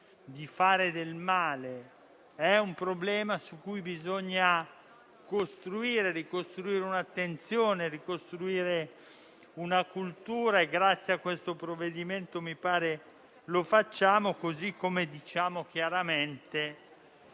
di fare del male è un problema su cui bisogna ricostruire un'attenzione e una cultura. Grazie a questo provvedimento mi pare che lo facciamo, così come diciamo chiaramente